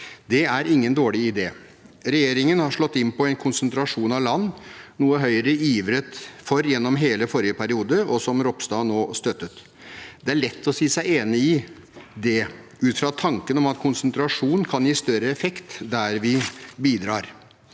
Det er ingen dårlig idé. Regjeringen har slått inn på en konsentrasjon av land, noe Høyre ivret for gjennom hele forrige periode, og som Ropstad nå støttet. Det er lett å si seg enig i det, ut fra tanken om at konsentrasjon kan gi større effekt der vi bidrar.